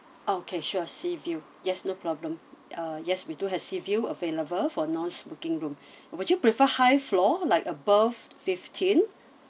okay sure sea view yes no problem uh yes we do have sea view available for non-smoking room would you prefer high floor like above fifteen